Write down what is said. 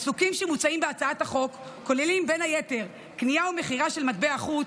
העיסוקים שמוצעים בהצעת החוק כוללים בין היתר קנייה ומכירה של מטבע חוץ,